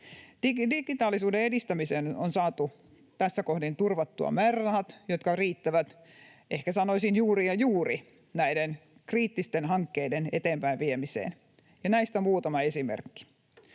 Digitaalisuuden edistämiseen on saatu tässä kohdin turvattua määrärahat, jotka riittävät, ehkä sanoisin, juuri ja juuri näiden kriittisten hankkeiden eteenpäinviemiseen. Ja näistä muutama esimerkki: